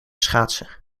schaatsen